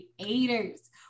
creators